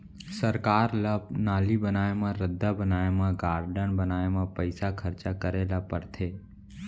सरकार ल नाली बनाए म, रद्दा बनाए म, गारडन बनाए म पइसा खरचा करे ल परथे